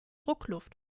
druckluft